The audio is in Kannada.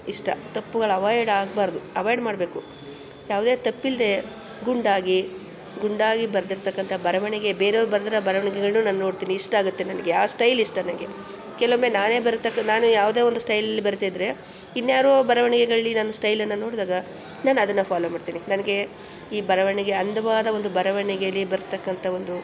ಇಷ್ಟ ತಪ್ಪುಗಳು ಅವಾಯ್ಡ್ ಆಗಬಾರ್ದು ಅವಾಯ್ಡ್ ಮಾಡಬೇಕು ಯಾವುದೇ ತಪ್ಪಿಲ್ಲದೇ ಗುಂಡಾಗಿ ಗುಂಡಾಗಿ ಬರೆದಿರ್ತಕ್ಕಂಥ ಬರವಣಿಗೆ ಬೇರೆಯವ್ರು ಬರೆದಿರೋ ಬರವಣಿಗೆಗಳನ್ನು ನಾನು ನೋಡ್ತೀನಿ ಇಷ್ಟ ಆಗುತ್ತೆ ನನಗೆ ಆ ಸ್ಟೈಲ್ ಇಷ್ಟ ನನಗೆ ಕೆಲವೊಮ್ಮೆ ನಾನೇ ಬರಿತಕ್ ನಾನೇ ಯಾವುದೇ ಒಂದು ಸ್ಟೈಲಲ್ಲಿ ಬರಿತಾಯಿದ್ದರೆ ಇನ್ಯಾರೋ ಬರವಣಿಗೆಗಳಲ್ಲಿ ನನ್ನ ಸ್ಟೈಲನ್ನು ನೋಡಿದಾಗ ನಾನು ಅದನ್ನು ಫಾಲೋ ಮಾಡ್ತೀನಿ ನನಗೆ ಈ ಬರವಣಿಗೆ ಅಂದವಾದ ಒಂದು ಬರವಣಿಗೆಯಲ್ಲಿ ಬರ್ತಕ್ಕಂಥ ಒಂದು